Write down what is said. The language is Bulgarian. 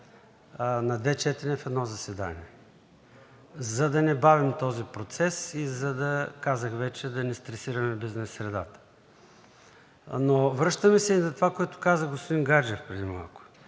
на две четения в едно заседание, за да не бавим този процес и за да, казах вече, не стресираме бизнес средата. Но връщаме се и на това, което каза господин Гаджев преди малко.